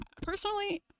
personally